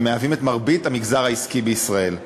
שמהווים את מרבית המגזר העסקי בישראל.